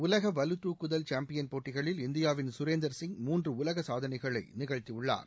உலக வலு தூக்குதல் சேம்பியன் போட்டிகளில் இந்தியாவின் சுரேந்தர் சிங் மூன்று உலக சாதனைகளை நிகழ்த்தியுள்ளார்